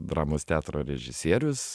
dramos teatro režisierius